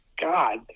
god